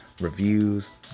reviews